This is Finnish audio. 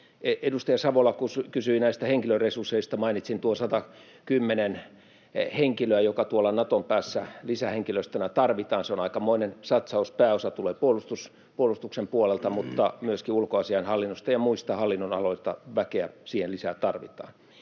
Edustaja Savola kysyi henkilöresursseista. Mainitsin tuon 110 henkilöä, joka tuolla Naton päässä lisähenkilöstönä tarvitaan. Se on aikamoinen satsaus. Pääosa tulee puolustuksen puolelta, mutta myöskin ulkoasiainhallinnosta ja muista hallinnonaloista siihen tarvitaan